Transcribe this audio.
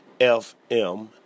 FM